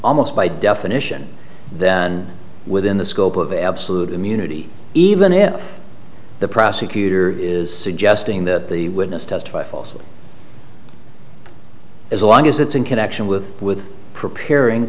almost by definition then within the scope of absolute immunity even if the prosecutor is suggesting that the witness testify falsely as long as it's in connection with with preparing